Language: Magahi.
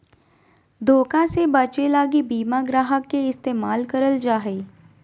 धोखा से बचे लगी बीमा ग्राहक के इस्तेमाल करल जा हय